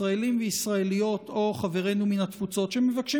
ישראלים וישראליות או חברינו מן התפוצות שמבקשים